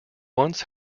once